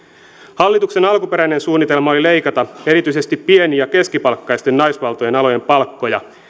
hallituksen alkuperäinen suunnitelma oli leikata erityisesti pieni ja keskipalkkaisten naisvaltaisten alojen palkkoja